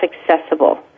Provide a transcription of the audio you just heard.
accessible